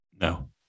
No